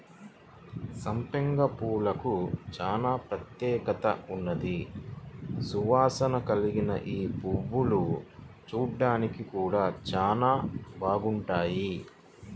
సంపెంగ పూలకు చానా ప్రత్యేకత ఉన్నది, సువాసన కల్గిన యీ పువ్వులు చూడ్డానికి గూడా చానా బాగుంటాయి